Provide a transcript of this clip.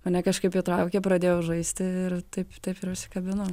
mane kažkaip įtraukė pradėjau žaisti ir taip taip ir užsikabinau